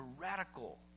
radical